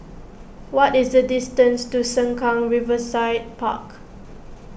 what is the distance to Sengkang Riverside Park